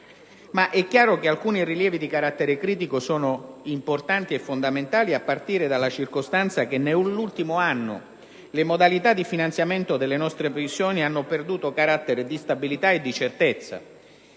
assumere. Alcuni rilievi di carattere critico sono importanti e fondamentali a partire dalla circostanza che nell'ultimo anno le modalità di finanziamento delle nostre missioni hanno perduto carattere di stabilità e certezza,